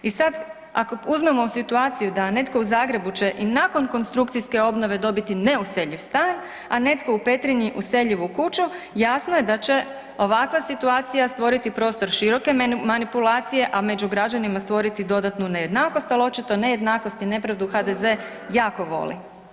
I sad ako uzmemo situaciju da netko u Zagrebu će i nakon konstrukcijske obnove dobiti neuseljiv stan, a netko u Petrinji useljivu kući jasno je da će ovakva situacija stvoriti prostor široke manipulacije, a među građanima stvoriti dodatnu nejednakost ali očito nejednakost i nepravdu HDZ jako voli.